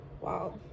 Wow